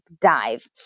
dive